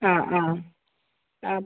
ആ ആ ആ